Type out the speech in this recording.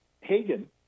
Hagen